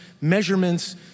measurements